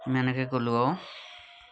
ইমানকে ক'লোঁ আৰু